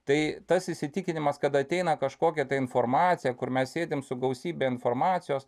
tai tas įsitikinimas kad ateina kažkokia ta informacija kur mes sėdim su gausybe informacijos